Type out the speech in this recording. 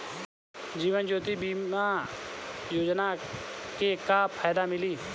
जीवन ज्योति बीमा योजना के का फायदा मिली?